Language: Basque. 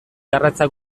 garratzak